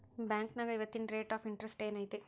ಬಾಂಕ್ನ್ಯಾಗ ಇವತ್ತಿನ rate of interest ಏನ್ ಐತಿ